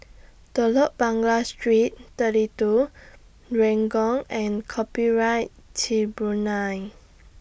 Telok Blangah Street thirty two Renjong and Copyright Tribunal